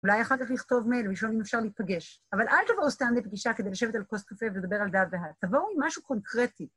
אולי אחר כך נכתוב מייל לשאול אם אפשר להפגש. אבל אל תבואו סתם לפגישה כדי לשבת על כוס קפה ולדבר על דא ואה. תבואו עם משהו קונקרטי.